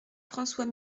françois